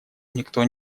никто